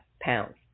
pounds